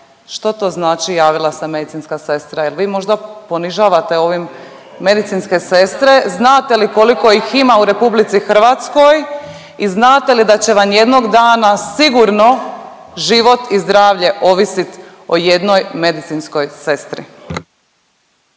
Što to znači javila se medicinska sestra? Jel' vi možda ponižavate ovim medicinske sestre? Znate li koliko ih ima u Republici Hrvatskoj i znate li da će vam jednog dana sigurno život i zdravlje ovisit o jednoj medicinskoj sestri?